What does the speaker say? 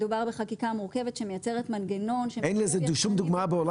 מדובר בחקיקה מורכבת שמייצרת מנגנון --- אין לזה שום דוגמה בעולם?